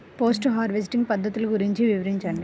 Post harvesting పద్ధతులు గురించి వివరించండి?